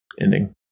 ending